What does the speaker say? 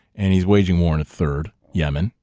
and he's waging war on a third, yemen.